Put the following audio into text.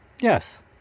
Yes